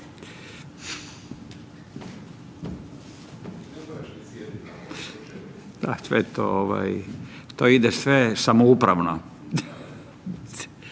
to ovaj, to ide sve samoupravno.